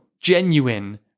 genuine